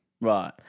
right